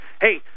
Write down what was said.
Hey